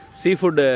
seafood